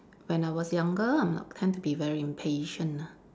when I was younger I'm tend to be very impatient ah